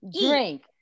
drink